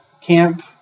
camp